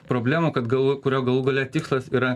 problemų kad gal kurio galų gale tikslas yra